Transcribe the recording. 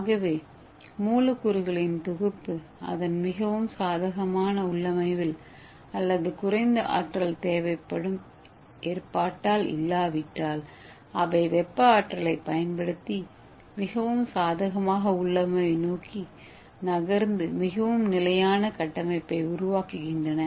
ஆகவே மூலக்கூறுகளின் தொகுப்பு அதன் மிகவும் சாதகமான உள்ளமைவில் அல்லது குறைந்த ஆற்றல் தேவைப்படும் ஏற்பாட்டில் இல்லாவிட்டால் அவை வெப்ப ஆற்றலைப் பயன்படுத்தி மிகவும் சாதகமான உள்ளமைவை நோக்கி நகர்ந்து மிகவும் நிலையான கட்டமைப்பை உருவாக்குகின்றன